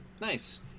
Nice